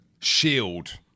shield